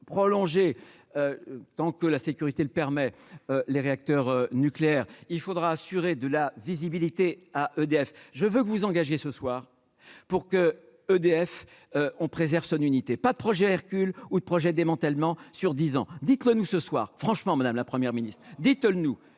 prolongée tant que la sécurité, le permet, les réacteurs nucléaires, il faudra assurer de la visibilité à EDF, je veux que vous engagez ce soir pour que EDF on préserve son unité, pas de projet ou de projets démantèlement sur 10 ans, dites-le nous ce soir, franchement Madame. La première ministre des tôles nous